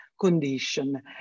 condition